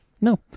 no